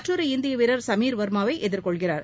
மற்றொரு இந்தியவீரர் சமீர் வர்மாவைஎதிர் கொள்கிறார்